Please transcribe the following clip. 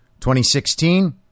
2016